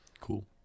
Cool